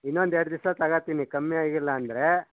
ಇನ್ನೊಂದು ಎರಡು ದಿವ್ಸ ತಗಳ್ತೀನಿ ಕಮ್ಮಿ ಆಗಿಲ್ಲ ಅಂದರೆ